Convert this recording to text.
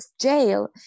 jail